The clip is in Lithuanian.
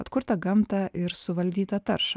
atkurtą gamtą ir suvaldytą taršą